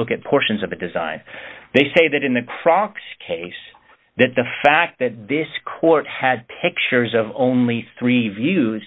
look at portions of a design they say that in the croc's case that the fact that this court had pictures of only three views